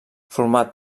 format